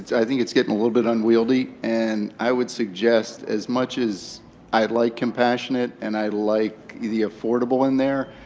i think it's getting a little bit unwieldy. and i would suggest as much as i like compassionate and i like the affordable in there,